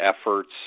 efforts